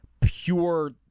pure